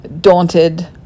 Daunted